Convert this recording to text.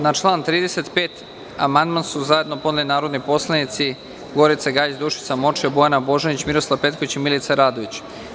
Na član 35. amandman su zajedno podneli narodni poslanici Gorica Gajić, Dušica Morčev, Bojana Božanić, Miroslav Petković i Milica Radović.